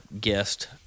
guest –